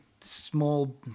small